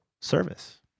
service